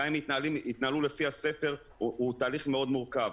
וגם אם יתנהלו לפי הספר זה תהליך מאוד מורכב.